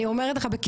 אני אומרת לך,